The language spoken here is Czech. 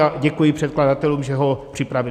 A děkuji předkladatelům, že ho připravili.